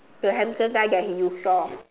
the handsome guy that you saw